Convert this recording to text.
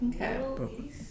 Okay